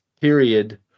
period